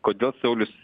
kodėl saulius